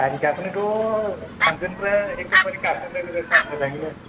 गारि गाखोनोथ' थांगोनबो एखदमबारे गाखोनो मोजाङैनो